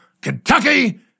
Kentucky